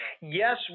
Yes